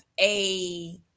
a-